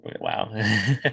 wow